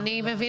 אני אומר